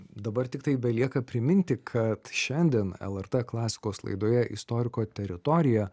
dabar tiktai belieka priminti kad šiandien lrt klasikos laidoje istoriko teritorija